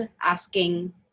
asking